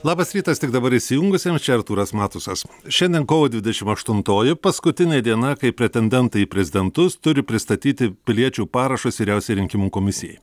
labas rytas tik dabar įsijungusiems čia artūras matusas šiandien kovo dvidešim aštuntoji paskutinė diena kai pretendentai į prezidentus turi pristatyti piliečių parašus vyriausiajai rinkimų komisijai